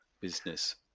business